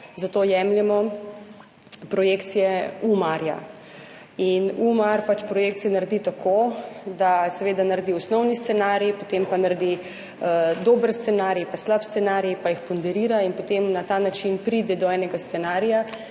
zato jemljemo projekcije Umarja. Umar pač projekcija naredi tako, da seveda naredi osnovni scenarij, potem pa naredi dober scenarij, pa slab scenarij, pa jih ponderira in potem na ta način pride do enega scenarija,